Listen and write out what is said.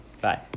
Bye